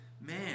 man